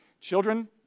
Children